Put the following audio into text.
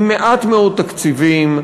עם מעט מאוד תקציבים,